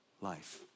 life